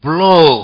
Blow